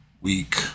week